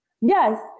Yes